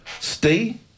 stay